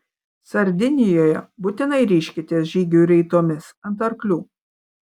sardinijoje būtinai ryžkitės žygiui raitomis ant arklių